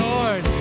Lord